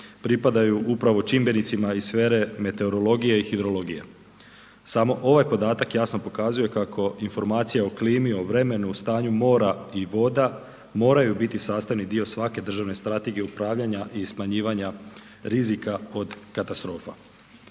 pripadaju upravo čimbenicima iz sfere meteorologije i hidrologije. Samo ovaj podatak jasno pokazuje kako informacija o klimi, o vremenu, o stanju mora i voda moraju biti sastavni dio svake državne strategije upravljanja i smanjivanja rizika od katastrofa.